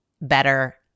better